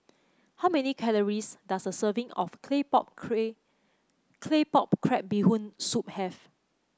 how many calories does a serving of claypot clay Claypot Crab Bee Hoon Soup have